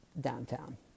downtown